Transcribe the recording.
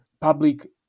public